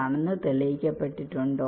ആണെന്ന് തെളിയിക്കപ്പെട്ടിട്ടുണ്ടോ